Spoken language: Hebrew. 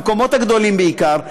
במקומות הגדולים בעיקר,